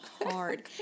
hard